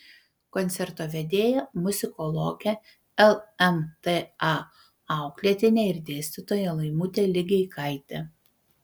koncerto vedėja muzikologė lmta auklėtinė ir dėstytoja laimutė ligeikaitė